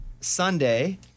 Sunday